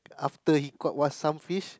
after he caught what some fish